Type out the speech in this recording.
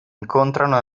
incontrano